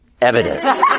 evidence